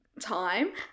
time